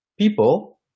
people